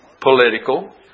political